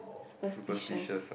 superstitious